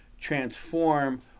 transform